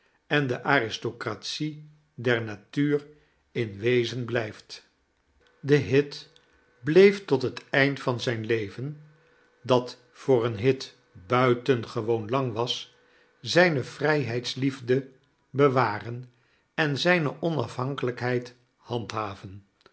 en de aristocratie der natuur in wezen blijft de hit bleef tot het eind van zijn leven dat voor een hit buitengewoon lang was zijne vrijheidsliefde bewaren en zijne onafhankelijkheid handhaven